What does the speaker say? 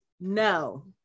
no